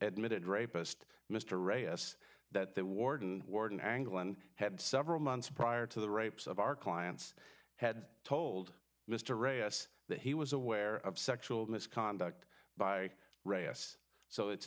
admitted rapist mr reyes that the warden warden angle and had several months prior to the rapes of our clients had told mr ray s that he was aware of sexual misconduct by reyes so it's